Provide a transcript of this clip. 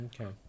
Okay